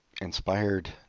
Inspired